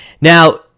Now